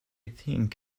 think